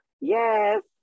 Yes